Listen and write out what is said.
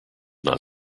not